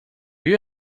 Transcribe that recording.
you